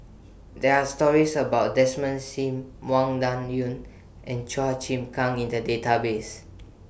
There Are stories about Desmond SIM Wang Dayuan and Chua Chim Kang in The Database